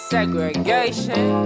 Segregation